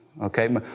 Okay